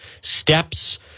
steps